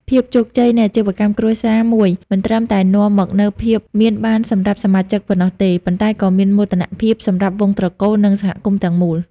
ភាពជោគជ័យនៃអាជីវកម្មគ្រួសារមួយ មិនត្រឹមតែនាំមកនូវភាពមានបានសម្រាប់សមាជិកប៉ុណ្ណោះទេ ប៉ុន្តែក៏ជាមោទនភាពសម្រាប់វង្សត្រកូល និងសហគមន៍ទាំងមូល។